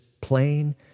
plain